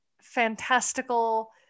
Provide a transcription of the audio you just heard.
fantastical